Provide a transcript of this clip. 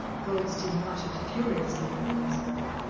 goldstein muttered furiously below his breath.